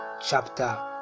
chapter